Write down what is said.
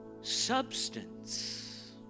substance